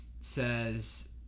says